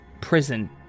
prison